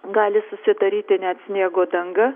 gali susidaryti net sniego danga